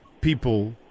people